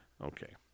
Okay